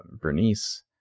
bernice